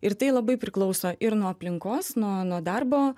ir tai labai priklauso ir nuo aplinkos nuo nuo darbo